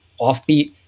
offbeat